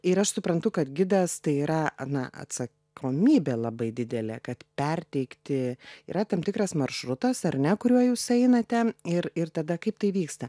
ir aš suprantu kad gidas tai yra na atsakomybė labai didelė kad perteikti yra tam tikras maršrutas ar ne kuriuo jūs einate ir ir tada kaip tai vyksta